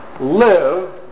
Live